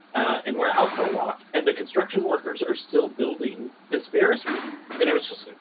and we're out for a walk, and the construction workers are still building this ferris wheel. and i was just like